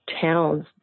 towns